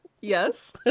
Yes